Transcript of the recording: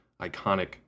iconic